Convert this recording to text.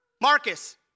Marcus